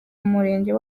murenge